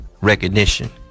recognition